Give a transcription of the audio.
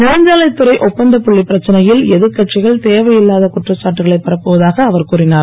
நெடுஞ்சாலைத் துறை ஒப்பந்தப்புள்ளி பிரச்சனையில் எதிர்க்கட்சிகள் தேவையில்லாத குற்றச்சாட்டுகளை பரப்புவதாக அவர் கூறினார்